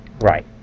Right